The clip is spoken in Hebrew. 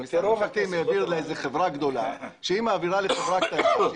והמשרד הממשלתי מעביר לחברה גדולה שמעבירה לחברה קטנה,